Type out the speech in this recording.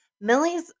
Millie's